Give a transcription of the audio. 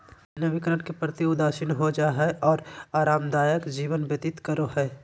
नवकरण के प्रति उदासीन हो जाय हइ और आरामदायक जीवन व्यतीत करो हइ